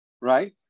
right